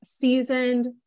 seasoned